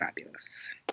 fabulous